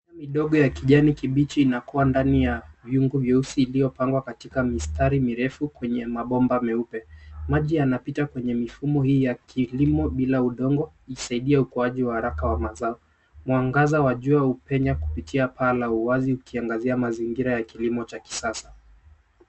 Midogo ya kijani kibichi inakuwa ndani ya vyungu vyeusi viliyo pangwa katika mistari mirefu kwenye mabomba meupe. Maji yanapita kwenye mifumo hii ya kilimo bila udongo ikisaidia ukuaji wa haraka wa mazao. Mwangaza wa jua hupenya kupitia paa la wazi ukiangazia mazingira ya kilimo cha kisasa.